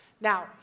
Now